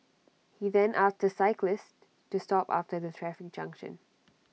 he then asked the cyclist to stop after the traffic junction